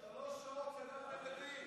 תראה מה קרה, שלוש שעות סגרתם את הכביש.